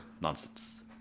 nonsense